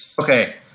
Okay